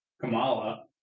Kamala